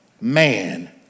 man